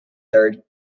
third